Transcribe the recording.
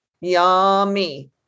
Yummy